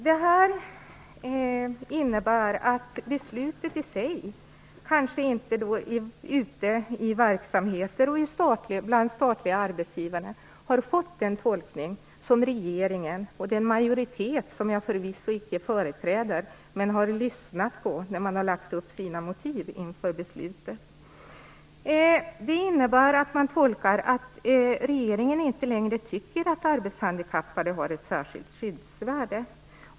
Det här innebär att beslutet kanske inte har fått den tolkning ute i verksamheter och bland statliga arbetsgivare som man hade tänkt sig i regeringen och i den majoritet som jag förvisso icke företräder men som jag har hört lägga fram sina motiv inför beslutet. Man tolkar det alltså som att regeringen inte längre tycker att arbetshandikappade har ett särskilt skyddsvärde.